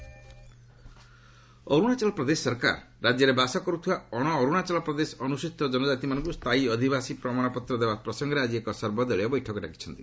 ଅର୍ନଣାଚଳ ଅରୁଣାଚଳ ପ୍ରଦେଶ ସରକାର ରାଜ୍ୟରେ ବାସ କରୁଥିବା ଅଣ ଅରୁଣାଚଳ ପ୍ରଦେଶ ଅନୁସ୍ଚିତ କନକାତିମାନଙ୍କୁ ସ୍ଥାୟୀ ଅଧିବାସୀ ପ୍ରମାଣପତ୍ର ଦେବା ପ୍ରସଙ୍ଗରେ ଆଜି ଏକ ସର୍ବଦଳୀୟ ବୈଠକ ଡାକିଛନ୍ତି